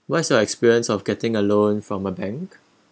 what's your experience of getting a loan from a bank